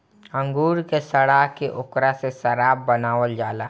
अंगूर के सड़ा के ओकरा से शराब बनावल जाला